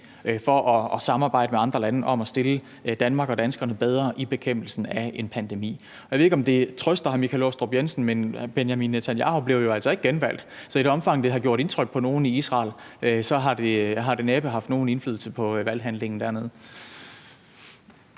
for at samarbejde med andre lande om at stille Danmark og danskerne bedre i bekæmpelsen af en pandemi. Jeg ved ikke, om det trøster hr. Michael Aastrup Jensen, men Benjamin Netanyahu blev jo altså ikke genvalgt, så selv hvis det har gjort indtryk på nogen i Israel, har det næppe haft nogen indflydelse på valghandlingen dernede.